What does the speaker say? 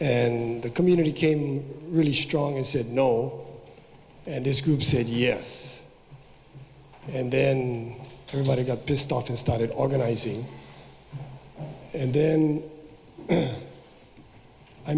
and the community came really strong and said no and this group said yes and then everybody got pissed off and started organizing and then i